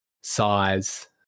size